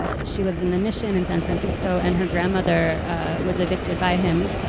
ah she lives in the mission in san francisco and her grandmother was evicted by him,